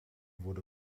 wurde